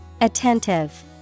Attentive